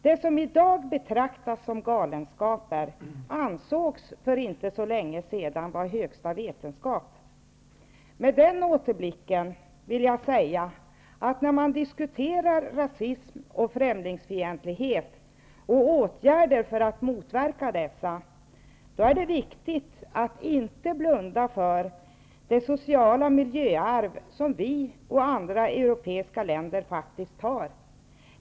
Det som i dag betraktas som galenskaper, ansågs för inte så länge sedan vara högsta vetenskap. Med denna återblick vill jag säga att när man diskuterar rasism och främlingsfientlighet och åtgärder för att motverka dem, är det viktigt att inte blunda för det sociala miljöarv som vi i Sverige och andra europeiska länder faktiskt har.